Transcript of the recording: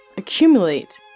Accumulate